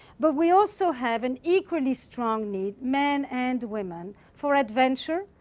but we also have an equally strong need men and women for adventure,